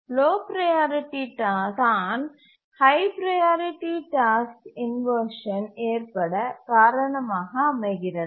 low priority task தான் high priority task inversion ஏற்பட காரணமாக அமைகிறது